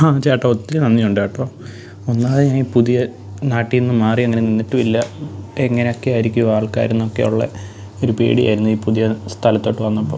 ആ ചേട്ടാ ഒത്തിരി നന്ദിയുണ്ട് കേട്ടോ ഒന്നാമത് ഞാൻ ഈ പുതിയ നാട്റ്റിൽ നിന്ന് മാറിയങ്ങനെ നിന്നിട്ടും ഇല്ല എങ്ങനെയൊക്കെയായിരിക്കും ആൾക്കാരുമെന്നൊക്കെയുള്ള ഒരു പേടിയായിരുന്നു ഈ പുതിയ സ്ഥലത്തോട്ടു വന്നപ്പോൾ